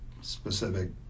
specific